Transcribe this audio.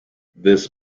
this